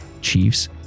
chiefs